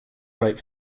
right